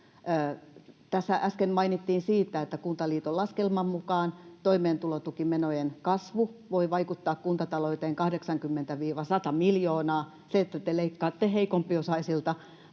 Tässä äsken mainittiin siitä, että Kuntaliiton laskelman mukaan toimeentulotukimenojen kasvu voi vaikuttaa kuntatalouteen 80—100 miljoonaa. Se, että te leikkaatte heikompiosaisilta,